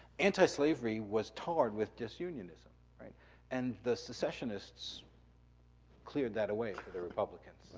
antislavery was tarred with disunionism. and the secessionists cleared that away for the republicans.